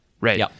Right